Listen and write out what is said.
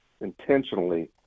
intentionally